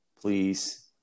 please